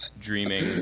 Dreaming